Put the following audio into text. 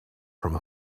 from